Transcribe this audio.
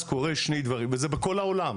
וזה בכל העולם,